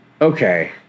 Okay